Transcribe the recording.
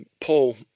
Paul